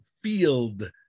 field